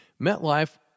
MetLife